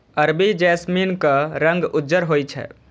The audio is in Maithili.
अरबी जैस्मीनक रंग उज्जर होइ छै